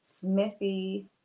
Smithy